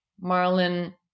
marlin